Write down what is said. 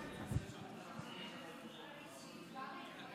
בבקשה, אדוני.